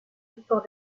support